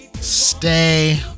Stay